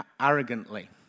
arrogantly